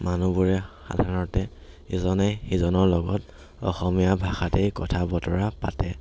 মানুহবোৰে সাধাৰণতে ইজনে সিজনৰ লগত অসমীয়া ভাষাতেই কথা বতৰা পাতে